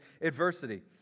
adversity